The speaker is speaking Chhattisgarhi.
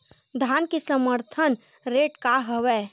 धान के समर्थन रेट का हवाय?